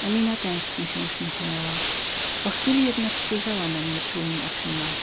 emina tęschnie się uśmiechnęła po chwili jednak spojrzała na mnie czułemi oczyma